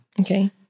Okay